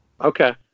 okay